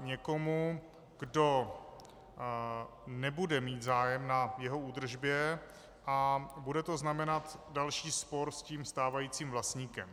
někomu, kdo nebude mít zájem na jeho údržbě, a bude to znamenat další spor se stávajícím vlastníkem.